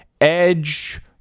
edge